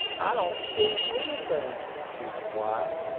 i don't see anything, she replied.